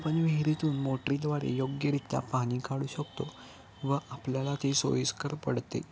आपण विहिरीतून मोटरीद्वारे योग्यरीत्या पाणी काढू शकतो व आपल्याला ती सोईस्कर पडते